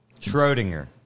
Schrodinger